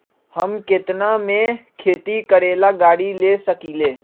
हम केतना में खेती करेला गाड़ी ले सकींले?